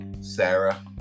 Sarah